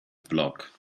block